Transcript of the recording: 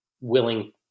willing